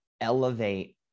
elevate